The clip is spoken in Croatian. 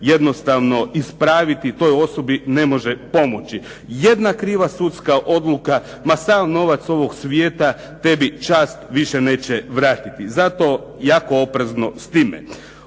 jednostavno ispraviti, toj osobi ne može pomoći. Jedna kriva sudska odluka, ma sav novac ovog svijeta tebi čast više neće vratiti. Zato jako oprezno s time.